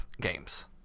games